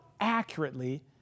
accurately